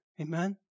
Amen